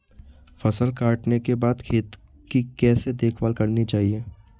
फसल काटने के बाद खेत की कैसे देखभाल करनी चाहिए?